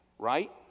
right